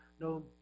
no